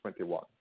2021